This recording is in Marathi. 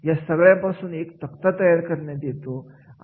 या सगळ्या पासून एक तक्ता तयार करण्यात येतो